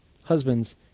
Husbands